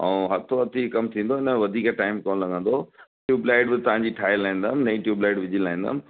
ऐं हथो हथ ई कमु थींदो न वधीक टाइम कोन लॻंदो ट्यूब्लाइट बि तव्हांजी ठाहे लाईंदमि नईं ट्यूब्लाइट विझी लाईंदमि